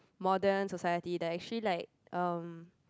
modern society there are actually like um